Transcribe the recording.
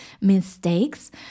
mistakes